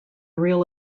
real